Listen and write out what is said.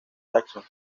jackson